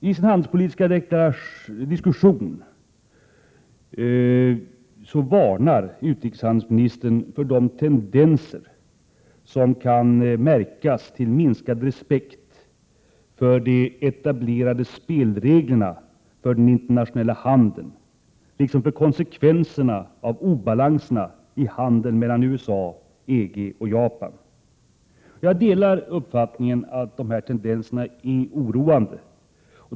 I sin handelspolitiska diskussion varnar utrikeshandelsministern för de tendenser som kan märkas till minskad respekt för de etablerade spelreglerna för den internationella handeln liksom för konsekvenserna av obalanserna i handeln mellan USA, EG och Japan. Jag delar uppfattningen att dessa tendenser är oroande.